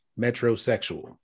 metrosexual